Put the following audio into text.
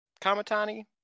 Kamatani